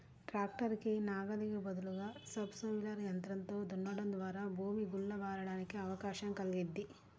tractor కి నాగలి బదులుగా సబ్ సోయిలర్ యంత్రంతో దున్నడం ద్వారా భూమి గుల్ల బారడానికి అవకాశం కల్గిద్ది